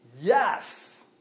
Yes